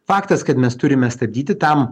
faktas kad mes turime stabdyti tam